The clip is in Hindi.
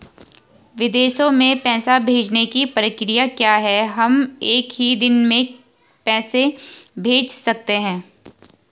विदेशों में पैसे भेजने की प्रक्रिया क्या है हम एक ही दिन में पैसे भेज सकते हैं?